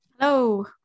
Hello